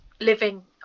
living